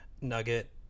nugget